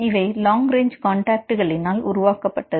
இவை long range காண்டாக்ட்களினால் உருவாக்கப்பட்டது